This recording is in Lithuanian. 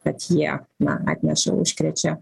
kad jie na atneša užkrečia